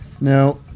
Now